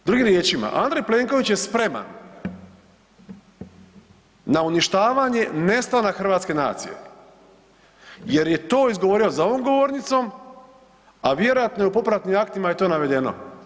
Drugim riječima, Andrej Plenković je spreman na uništavanje, nestanak hrvatske nacije jer je to izgovorio za ovom govornicom, a vjerojatno je to u popratnim aktima i to navedeno.